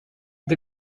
the